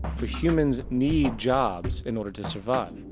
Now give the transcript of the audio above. for humans needs jobs in order to survive.